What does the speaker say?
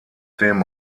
dem